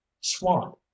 Swamp